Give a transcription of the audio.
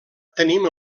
tenim